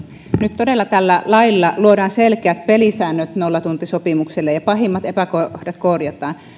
nyt todella tällä lailla luodaan selkeät pelisäännöt nollatuntisopimukselle ja pahimmat epäkohdat korjataan